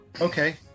Okay